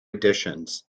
editions